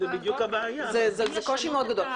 זה קושי מאוד גודל.